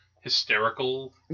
hysterical